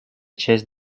часть